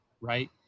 right